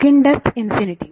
skin depth infinity